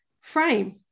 frame